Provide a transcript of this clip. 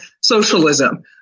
socialism